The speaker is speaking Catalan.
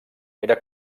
era